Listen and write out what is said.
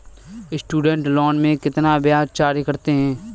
Student loan में कितना ब्याज चार्ज करते हैं?